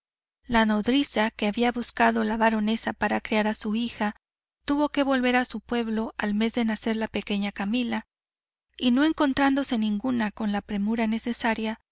la nodriza que había buscado la baronesa para criar a su hija tuvo que volver a su pueblo al mes de nacer la pequeña camila y no encontrándose ninguna con la premura necesaria